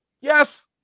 Yes